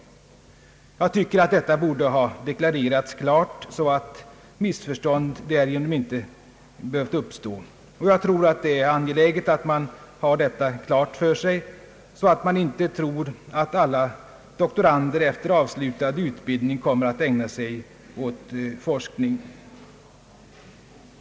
Jag tycker att detta borde ha deklarerats klart, så att missförstånd därigenom inte behövt uppstå. Jag tror att det är angeläget att man har detta klart för sig, så att man inte tror att alla doktorander efter avslutad utbildning kommer att ägna sig åt forskning.